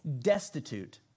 destitute